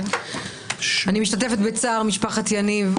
אני משתתפת בצער משפחת יניב.